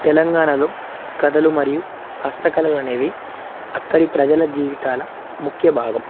తెలంగాణలో కథలు మరియు హస్తకళలనేవి అక్కడి ప్రజల జీవితాల ముఖ్య భాగం